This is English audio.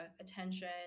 attention